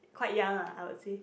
quite young ah I would say